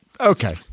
okay